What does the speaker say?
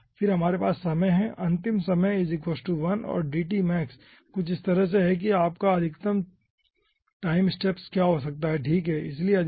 फिर हमारे पास समय है अंतिम समय 1 है और dtmax कुछ इस तरह से है कि आपका अधिकतम टाइम स्टेप क्या हो सकता है ठीक है